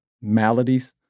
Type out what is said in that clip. maladies